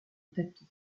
tapis